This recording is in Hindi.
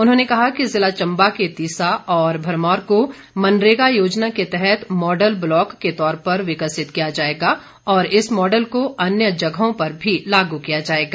उन्होंने कहा कि ज़िला चंबा के तीसा और भरमौर को मनरेगा योजना के तहत मॉडल ब्लॉक के तौर पर विकसित किया जाएगा और इस मॉडल को अन्य जगहों पर भी लागू किया जाएगा